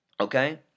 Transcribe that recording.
Okay